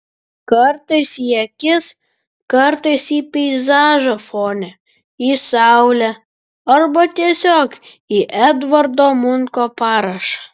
kartais į akis kartais į peizažą fone į saulę arba tiesiog į edvardo munko parašą